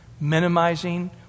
minimizing